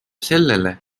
sellele